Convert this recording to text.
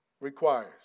requires